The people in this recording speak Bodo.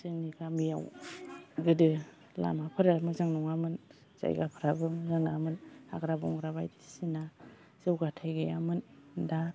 जोंनि गामियाव गोदो लामाफोरा मोजां नङामोन जायगाफ्राबो मोजां नङामोन हाग्रा बंग्रा बायदिसिना जौगाथाय गैयामोन दा